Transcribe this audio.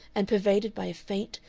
and pervaded by a faint,